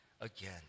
again